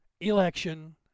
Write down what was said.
election